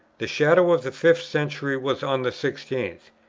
the shadow of the fifth century was on the sixteenth.